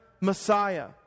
Messiah